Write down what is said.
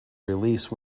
release